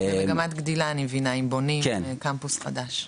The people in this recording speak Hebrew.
אני מבינה שאתם מגמת גדילה, אם בונים קמפוס חדש.